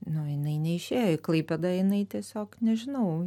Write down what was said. nu jinai neišėjo į klaipėdą jinai tiesiog nežinau